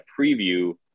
preview